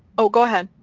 oh go ahead.